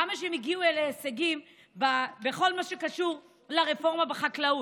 כמה שהם הגיעו להישגים בכל מה שקשור לרפורמה בחקלאות.